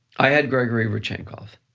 i had grigory rodchenkov.